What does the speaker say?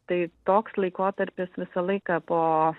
tai toks laikotarpis visą laiką po